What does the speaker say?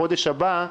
בחודש הבא,